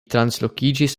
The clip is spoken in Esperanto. translokiĝis